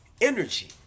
Energy